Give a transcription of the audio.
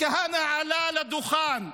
כשכהנא עלה לדוכן,